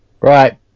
Right